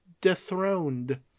dethroned